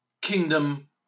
kingdom